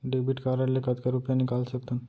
Debit card ले कतका रुपिया निकाल सकथन?